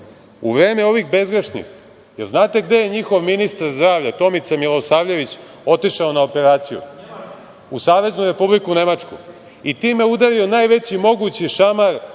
u vreme ovih bezgrešnih da li znate gde je njihov ministar zdravlja Tomica Milosavljević otišao na operaciju? U Saveznu Republiku Nemačku i time udario najveći mogući šamar